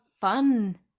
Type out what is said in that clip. fun